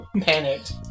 panicked